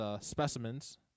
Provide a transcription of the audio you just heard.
specimens